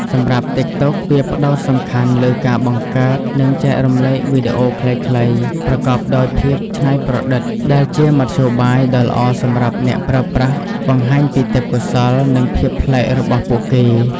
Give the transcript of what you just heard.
សម្រាប់ ទីកតុក វាផ្ដោតសំខាន់លើការបង្កើត និងចែករំលែកវីដេអូខ្លីៗប្រកបដោយភាពច្នៃប្រឌិត ដែលជាមធ្យោបាយដ៏ល្អសម្រាប់អ្នកប្រើប្រាស់បង្ហាញពីទេពកោសល្យ និងភាពប្លែករបស់ពួកគេ។